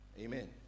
Amen